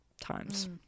times